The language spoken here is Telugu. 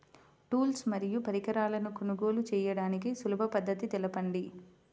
టూల్స్ మరియు పరికరాలను కొనుగోలు చేయడానికి సులభ పద్దతి తెలపండి?